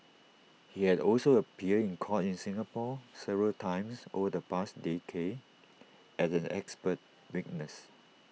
he had also appeared in court in Singapore several times over the past decade as an expert witness